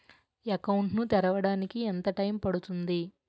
Account ను తెరవడానికి ఎంత టైమ్ పడుతుంది?